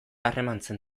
harremantzen